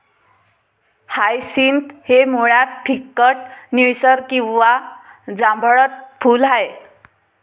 hyacinth हे मुळात फिकट निळसर किंवा जांभळट फूल आहे